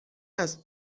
است